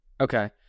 Okay